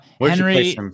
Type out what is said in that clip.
Henry